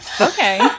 Okay